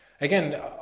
again